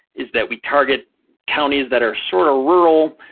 is that we target counties that are sort of rural,